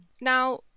Now